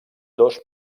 dos